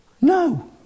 No